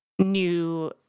new